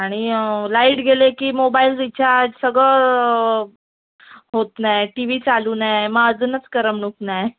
आणि लाईट गेले की मोबाईल रिचार्ज सगळं होत नाही टी वी चालू नाही मग अजूनच करमणूक नाही